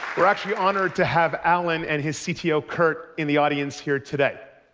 we're actually honored to have allan and his so cto, kurt, in the audience here today.